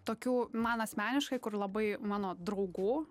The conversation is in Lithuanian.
tokių man asmeniškai kur labai mano draugų